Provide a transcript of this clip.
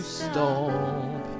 stop